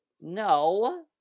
No